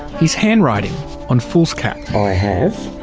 he's handwriting on foolscap. i have